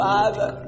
Father